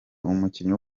umukinnyi